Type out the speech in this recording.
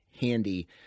handy